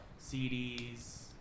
CDs